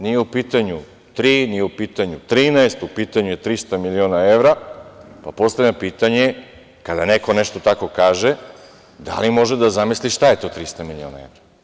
Nije u pitanju tri, nije u pitanju 13, u pitanju je 300 miliona evra, pa postavljam pitanje, kada neko nešto tako kaže, da li može da zamisli šta je to 300 miliona evra?